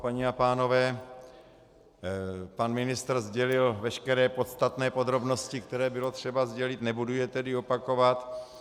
Paní a pánové, pan ministr sdělil veškeré podstatné podrobnosti, které bylo třeba sdělit, nebudu je tedy opakovat.